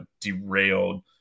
derailed